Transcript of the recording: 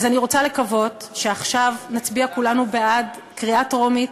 אז אני רוצה לקוות שעכשיו נצביע כולנו בעד בקריאה טרומית,